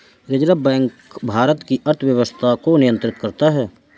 reserve bank Bharat की अर्थव्यवस्था को नियन्त्रित करता है